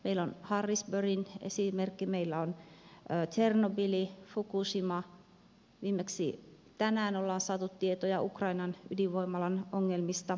meillä on harrisburgin esimerkki meillä on tsernobyl fukushima viimeksi tänään ollaan saatu tietoja ukrainan ydinvoimalan ongelmista